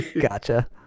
Gotcha